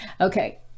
Okay